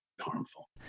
harmful